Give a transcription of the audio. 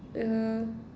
err